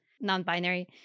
non-binary